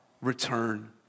return